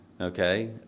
Okay